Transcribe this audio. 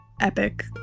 epic